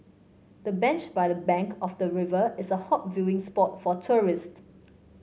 the bench by the bank of the river is a hot viewing spot for tourists